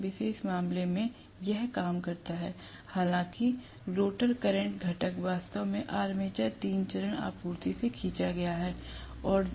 इस विशेष मामले में यह काम करता है हालांकि रोटर करंट घटक वास्तव में आर्मेचर तीन चरण आपूर्ति से खींचा गया है